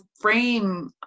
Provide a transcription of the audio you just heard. frame